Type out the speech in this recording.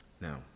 Now